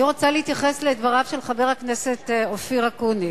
אני רוצה להתייחס לדבריו של חבר הכנסת אופיר אקוניס.